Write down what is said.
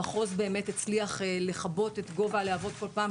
המחוז באמת הצליח לכבות את גובה הלהבות בכל פעם